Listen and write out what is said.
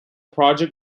project